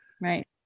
Right